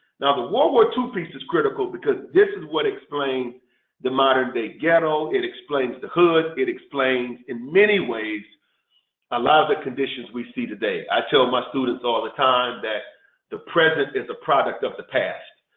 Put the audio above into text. and the world war two piece is critical because this is what explains the modern-day ghetto. it explains the hood. it explains in many ways a lot of the conditions we see today. i tell my students all the time that the present is a product of the past.